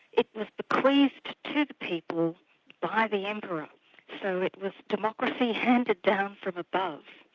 it was bequeathed to the people by the emperor, so it was democracy handed down from above.